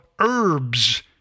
herbs